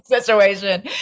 situation